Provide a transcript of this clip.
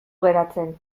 geratzen